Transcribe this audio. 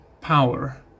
power